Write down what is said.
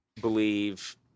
believe